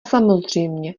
samozřejmě